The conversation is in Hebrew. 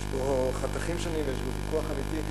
יש בו חתכים שונים ויש בו ויכוח אמיתי,